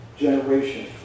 generation